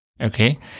Okay